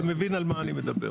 מבין על מה אני מדבר.